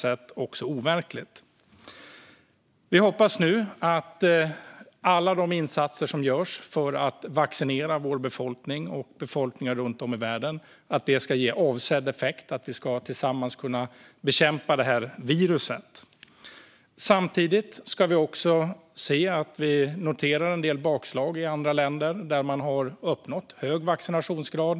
Vi hoppas nu att alla insatser som görs för att vaccinera vår befolkning och befolkningar runt om i världen ska ge avsedd effekt, att vi tillsammans ska kunna bekämpa viruset. Samtidigt noterar vi en del bakslag i andra länder där man har hög vaccinationsgrad.